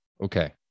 Okay